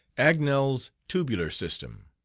agnel's tabular system.